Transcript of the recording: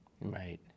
Right